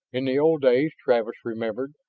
in the old days, travis remembered,